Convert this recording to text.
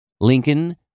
Lincoln